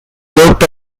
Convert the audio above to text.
overlooked